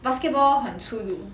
basketball 很粗鲁